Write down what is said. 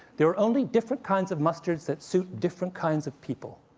there are only different kinds of mustards that suit different kinds of people.